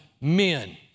men